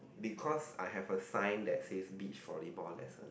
because I have a sign that says beach volleyball lesson